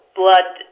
blood